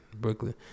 Brooklyn